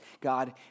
God